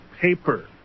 paper